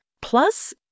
Plus